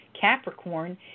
Capricorn